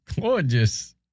Gorgeous